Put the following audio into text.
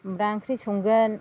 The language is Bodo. खुमब्रा ओंख्रि संगोन